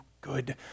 good